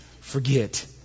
forget